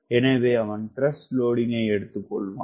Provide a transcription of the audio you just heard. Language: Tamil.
எனவே அவன் த்ரஸ்ட் லோடிங்கினை எடுத்துக்கொள்வான்